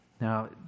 Now